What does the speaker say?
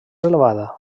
elevada